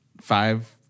five